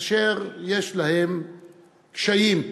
אשר יש להם קשיים,